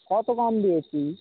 কত কম দিয়েছি